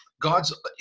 God's